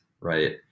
right